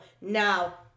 Now